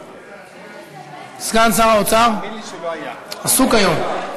סגן שר האוצר עסוק היום.